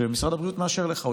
שמשרד הבריאות מאשר לך.